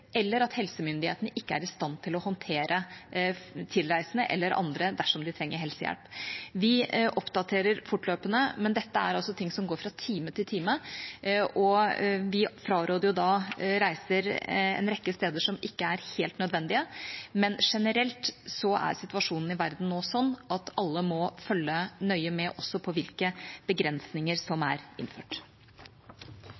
eller at helsemyndighetene ikke er i stand til å håndtere tilreisende eller andre dersom de trenger helsehjelp. Vi oppdaterer fortløpende, men dette er ting som går fra time til time. Vi fraråder reiser som ikke er helt nødvendige, en rekke steder, men generelt er situasjonen i verden nå sånn at alle må følge nøye med også på hvilke begrensninger som